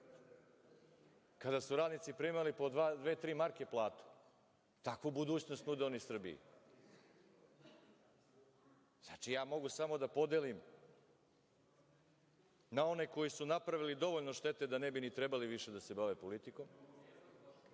Tada su radnici primali po dve-tri marke platu. Takvu budućnost nude oni Srbiji. Znači, ja mogu samo da podelim na one koji su napravili dovoljno štete da ne bi ni trebali više da se bave politikom,